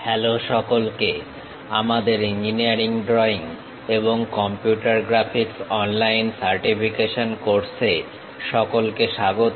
hello সকলকে আমাদের engineering drawing এবং computer graphics online certification course এ সকলকে স্বাগত